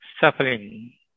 suffering